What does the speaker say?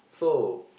so